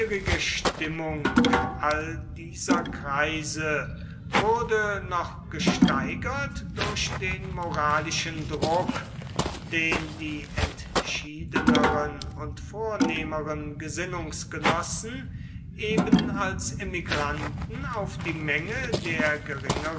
stimmung all dieser kreise wurde noch gesteigert durch den moralischen druck den die entschiedeneren und vornehmeren gesinnungsgenossen eben als emigranten auf die menge der geringeren